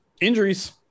Injuries